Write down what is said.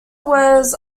was